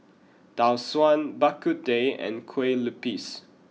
Tau Suan Bak Kut Teh and Kueh Lupis